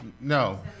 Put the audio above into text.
No